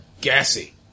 Gassy